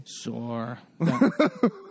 Sure